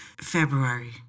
February